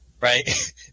Right